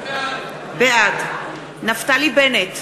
בעד נפתלי בנט,